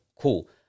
Cool